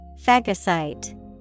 Phagocyte